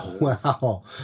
Wow